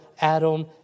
Adam